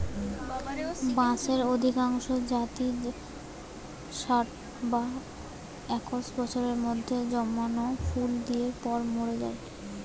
বাঁশের অধিকাংশ জাতই ষাট বা একশ বছরের মধ্যে জমকালো ফুল দিয়ার পর মোরে যায়